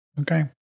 Okay